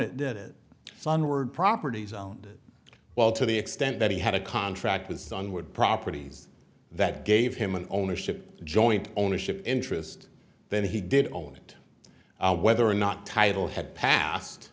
it it sunward properties owned well to the extent that he had a contract with son would properties that gave him an ownership joint ownership interest then he did on it whether or not title had passed